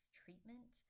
treatment